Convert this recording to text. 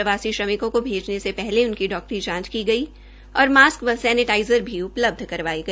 प्रवासी श्रमिको भेजने से पहले उनके डाक्टरी जांच की गई और मास्क और सेनेटाइज़र भी उपलब्ध करवाया गया